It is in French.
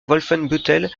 wolfenbüttel